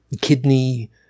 kidney